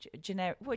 generic